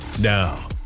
Now